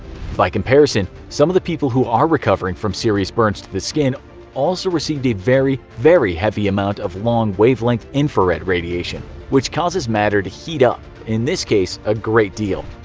by comparison, some of the people who are recovering from serious burns to the skin also received a very, very heavy amount of long wavelength, infrared radiation, which causes matter to heat up in this case, a great deal.